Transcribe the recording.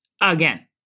again